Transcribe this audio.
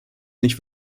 noch